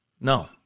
No